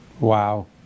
Wow